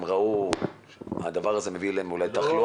אולי הם ראו שהדבר הזה מביא עליהם תחלואה.